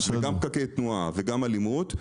זה גם פקקי תנועה וגם אלימות,